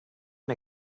and